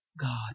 God